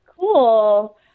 cool